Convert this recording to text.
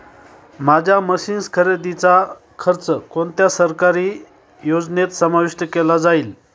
माझ्या मशीन्स खरेदीचा खर्च कोणत्या सरकारी योजनेत समाविष्ट केला जाईल?